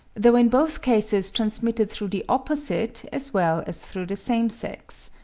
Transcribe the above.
though in both cases transmitted through the opposite as well as through the same sex.